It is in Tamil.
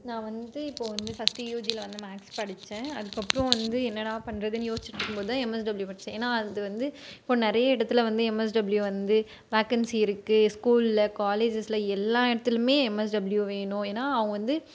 நான் வந்து இப்போ வந்து ஃபஸ்ட்டு யூஜியில் வந்து மேக்ஸ் படித்தேன் அதுக்கப்றம் வந்து என்னடா பண்ணுறதுனு யோசிச்சிட்ருக்கும்போதான் எம்எஸ்டபிள்யூ படித்தேன் ஏன்னா அது வந்து இப்போது நிறைய இடத்துல வந்து எம்எஸ்டபிள்யூ வந்து வேகன்ஸி இருக்கு ஸ்கூலில் காலேஜஸ்ல எல்லா இடத்திலுமே எம்எஸ்டபிள்யூ வேணும் ஏன்னா அவங்க வந்து